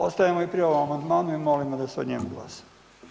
Ostajemo i pri ovom amandmanu i molimo da se o njemu glasa.